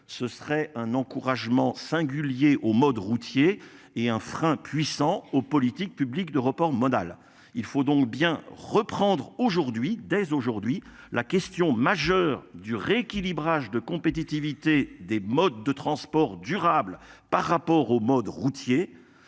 Ce serait un encouragement singulier au mode routier et un frein puissant aux politiques publiques de report modal. Il faut donc bien reprendre aujourd'hui, dès aujourd'hui, la question majeure du rééquilibrage de compétitivité des modes de transport durable par rapport au mode routier.